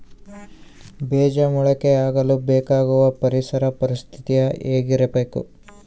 ಬೇಜ ಮೊಳಕೆಯಾಗಲು ಬೇಕಾಗುವ ಪರಿಸರ ಪರಿಸ್ಥಿತಿ ಹೇಗಿರಬೇಕು?